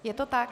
Je to tak?